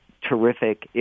terrific